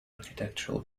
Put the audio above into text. architectural